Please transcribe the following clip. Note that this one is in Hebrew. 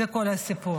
זה כל הסיפור.